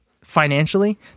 Financially